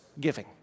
giving